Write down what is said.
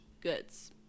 goods